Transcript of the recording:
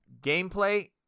Gameplay